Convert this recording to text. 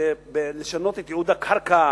לשנות את ייעוד הקרקע,